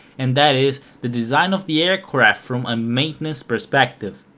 and that is the design of the aircraft from a maintenance perspective.